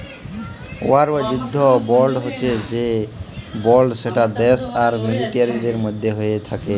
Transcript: war বা যুদ্ধ বল্ড হছে সে বল্ড যেট দ্যাশ আর মিলিটারির মধ্যে হ্যয়ে থ্যাকে